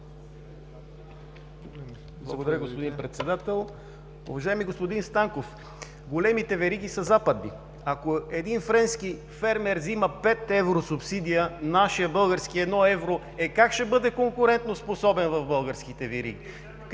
Благодаря, господин Председател. Уважаеми господин Станков, големите вериги са западни. Ако един френски фермер взима пет евро субсидия, а нашият български едно евро, е, как ще бъде конкурентноспособен в българските вериги?